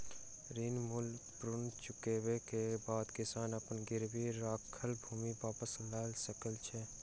ऋण मूल्य पूर्ण चुकबै के बाद किसान अपन गिरवी राखल भूमि वापस लअ सकै छै